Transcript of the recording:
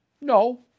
No